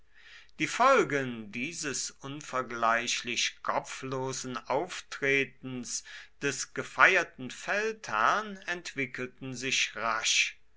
die folgen dieses unvergleichlich kopflosen auftretens des gefeierten feldherrn entwickelten sich rasch